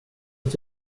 att